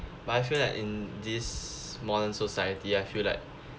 but I feel like in this modern society I feel like